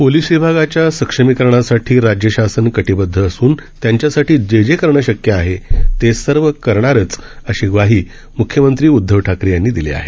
police विभागाच्या सक्षमीकरणासाठी राज्य शासन कटिबद्ध असून त्यांच्यासाठी जे जे करणे शक्य आहे ते सर्व करणारच अशी ग्वाही म्ख्यमंत्री उद्धव ठाकरे यांनी दिली आहे